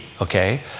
okay